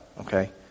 Okay